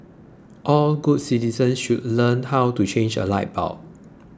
all good citizens should learn how to change a light bulb